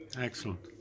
Excellent